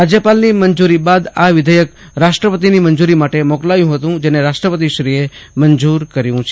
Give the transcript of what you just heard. રાજ્યપાલની મંજુરી બાદ આ વિધેયક રાષ્ટ્રપતિની મંજુરી માટે મોકલાયું હતું જેને રાષ્ટ્રપતિશ્રી એ મંજુર કર્યું છે